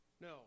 No